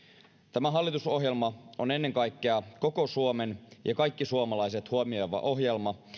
tämä hallitusohjelma on ennen kaikkea koko suomen ja kaikki suomalaiset huomioiva ohjelma